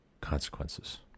consequences